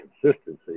consistency